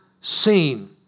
seen